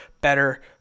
better